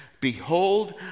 Behold